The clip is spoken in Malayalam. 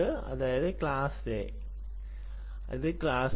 ഇതാണ് ക്ലാസ് എ ഇത് ക്ലാസ് ബി